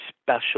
special